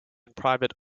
private